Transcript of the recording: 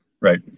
right